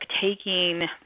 taking